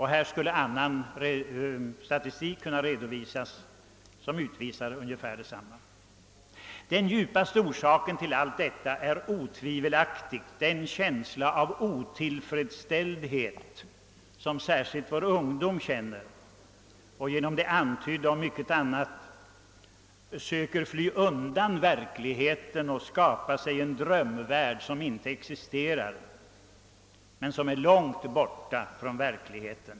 Här skulle annan statistik kunna redovisas som utvisar ungefär detsamma. Den djupaste orsaken till allt detta är utan tvivel den känsla av otillfredsställdhet, som särskilt vår ungdom känner. På grund av det antydda och mycket annat söker den att fly undan verkligheten och skapa sig en drömvärld som inte existerar.